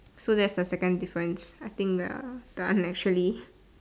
so that's the second difference I think the the unnaturally